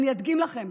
אני אדגים לכם: